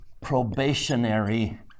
probationary